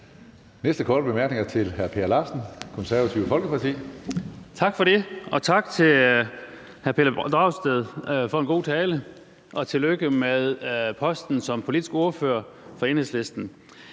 næste korte bemærkning er til hr. Per Larsen, Det Konservative Folkeparti. Kl. 17:09 Per Larsen (KF): Tak for det, og tak til hr. Pelle Dragsted for en god tale, og tillykke med posten som politisk ordfører for Enhedslisten.